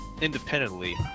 independently